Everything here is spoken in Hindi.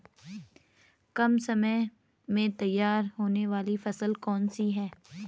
कम समय में तैयार होने वाली फसल कौन सी है?